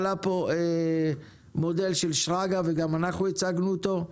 עלה המודל של שרגא בירן וגם אנחנו הצגנו אותו,